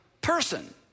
person